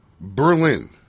Berlin